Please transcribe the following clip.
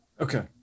Okay